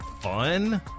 fun